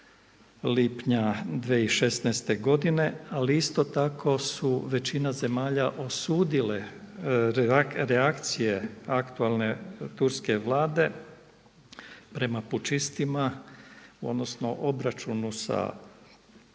lipnja 2016. godine ali isto tako su većina zemalja osudile reakcije aktualne turske Vlade prema pučistima odnosno obračunu sa